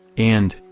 and,